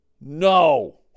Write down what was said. No